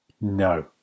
No